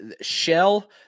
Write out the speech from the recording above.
Shell